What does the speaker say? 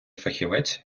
фахівець